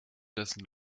dessen